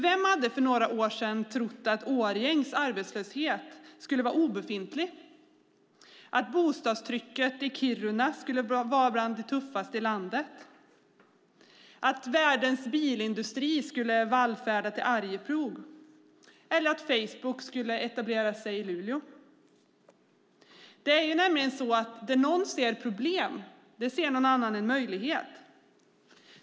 Vem hade för några år sedan trott att Årjängs arbetslöshet skulle vara obefintlig, att bostadstrycket i Kiruna skulle vara bland de tuffaste i landet, att världens bilindustri skulle vallfärda till Arjeplog eller att Facebook skulle etablera sig i Luleå. Det är nämligen så att där någon ser problem ser någon annan en möjlighet.